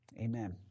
Amen